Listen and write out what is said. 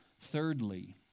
Thirdly